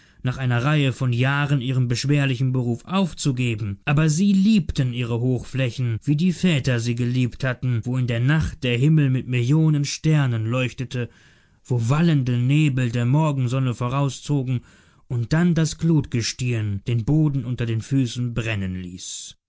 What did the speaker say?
nach einer reihe von jahren ihren beschwerlichen beruf aufzugeben aber sie liebten ihre hochflächen wie ihre väter sie geliebt hatten wo in der nacht der himmel mit millionen sternen leuchtete wo wallende nebel der morgensonne vorauszogen und dann das glutgestirn den boden unter den füßen brennen ließ